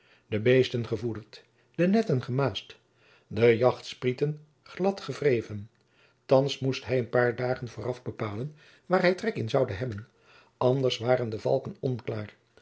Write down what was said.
de beesten gevoederd de netten gemaasd de jacht sprieten glad gewreven thands moest hij een paar dagen vooraf bepalen waar hij trek in zoude hebben anders waren de valken onklaar